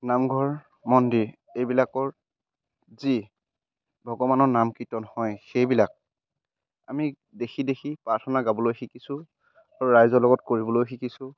নামঘৰ মন্দিৰ এইবিলাকৰ যি ভগৱানৰ নামকীৰ্তন হয় সেইবিলাক আমি দেখি দেখি প্ৰাৰ্থনা গাবলৈ শিকিছোঁ আৰু ৰাইজৰ লগত কৰিবলৈ শিকিছোঁ